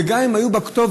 וגם אם היו בכתובת,